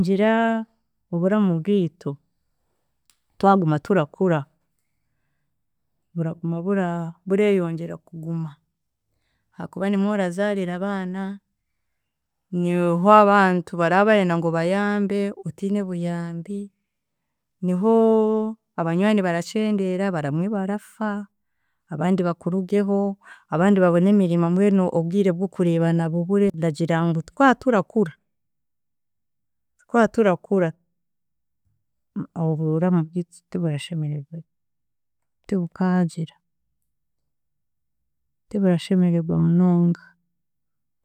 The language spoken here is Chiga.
Ndagira oburamu bwitu, twaguma turakura, buraguma bura bureyongyera kuguma, hakuba nimwo oruzaarira abaana, niho abantu bara barenda ngu obayambe otiine obuyambi, niho abanywani barakyendera, baramwe barafa, abandi bakurugeho, abandi baboone emirimo mbwenu obwire bw’okurebana bubure, ndagira ngu twaturakura, twaturakura oburamu bwitu tiburashemeregwa, tibukagira, tiburashemeregwa munonga.